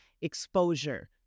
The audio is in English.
exposure